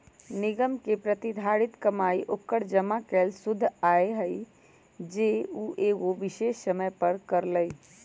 निगम के प्रतिधारित कमाई ओकर जमा कैल शुद्ध आय हई जे उ एगो विशेष समय पर करअ लई